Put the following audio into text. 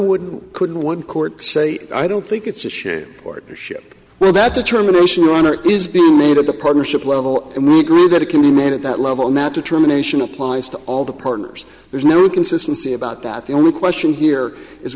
wouldn't couldn't one court say i don't think it's a shape partnership well that determination your honor is being made at the partnership level and we're agreed that it can be made at that level and that determination applies to all the partners there's no inconsistency about that the only question here is